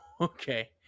Okay